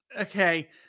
okay